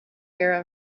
care